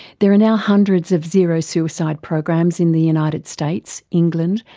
there are now hundreds of zero suicide programs in the united states, england,